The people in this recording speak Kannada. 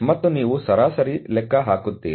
ಮತ್ತು ನೀವು ಸರಾಸರಿ ಲೆಕ್ಕ ಹಾಕುತ್ತೀರಿ